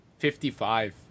55